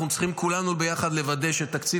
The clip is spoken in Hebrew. אנחנו צריכים כולנו ביחד לוודא שתקציב